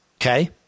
Okay